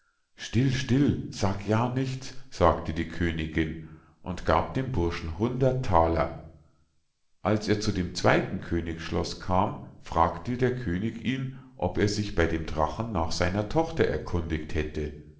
still still sag ja nichts sagte die königinn und gab dem burschen hundert thaler als er zu dem zweiten königsschloß kam fragte der könig ihn ob er sich bei dem drachen nach seiner tochter erkundigt hätte